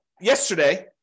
yesterday